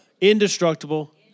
indestructible